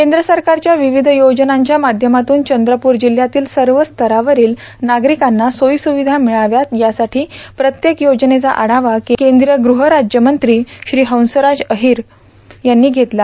केंद्र सरकारच्या विविध योजनांच्या माध्यमातून चंद्रपूर जिल्हयातील सर्व स्तरावरील नागरिकांना सोयीसुविधा मिळाव्यात यासाठी प्रत्येक योजनेचा आढावा केंद्रीय ग्रहराज्यमंत्री श्री हंसराज अहीर यांनी घेतला